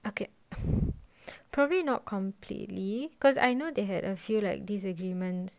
okay probably not completely cause I know they had a few like disagreements